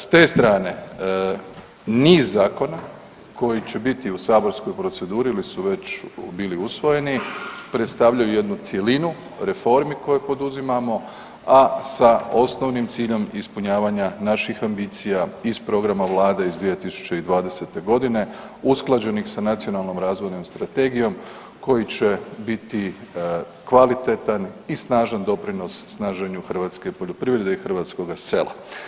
S te strane, niz zakona koji će biti u saborskoj proceduri ili su već bili usvojeni, predstavljaju jednu cjelinu reformi koje poduzimamo, a sa osnovnim ciljom ispunjavanja naših ambicija iz programa Vlade iz 2020. g. usklađenih sa Nacionalnom razvojnom strategijom koji će biti kvalitetan i snažan doprinos snaženju hrvatske poljoprivrede i hrvatskoga sela.